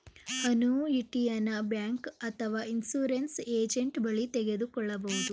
ಅನುಯಿಟಿಯನ bank ಅಥವಾ insurance agent ಬಳಿ ತೆಗೆದುಕೊಳ್ಳಬಹುದು